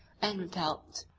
and repelled,